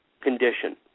condition